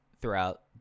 throughout